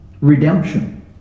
Redemption